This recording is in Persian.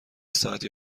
ساعتی